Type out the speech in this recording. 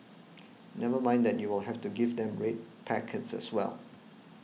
never mind that you will have to give them red packets as well